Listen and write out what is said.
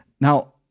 Now